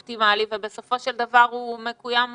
אופטימלי ובסופו של דבר הוא מקוים חצי.